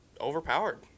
overpowered